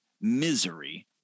misery